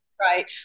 Right